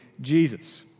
Jesus